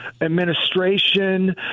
administration